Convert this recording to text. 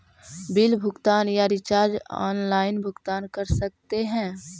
Bill भुगतान या recharge online भुगतान कर सकते हैं?